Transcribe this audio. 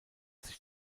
sich